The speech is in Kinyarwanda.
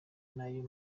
nayo